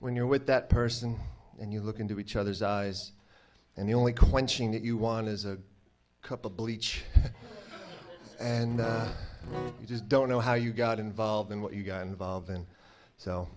when you're with that person and you look into each other's eyes and the only quenching you want is a cup of bleach and you just don't know how you got involved in what you got involved in so